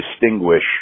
distinguish